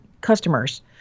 customers